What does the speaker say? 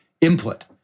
input